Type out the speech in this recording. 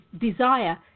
desire